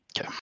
Okay